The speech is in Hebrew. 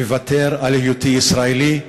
מוותר על היותי ישראלי,